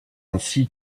ainsi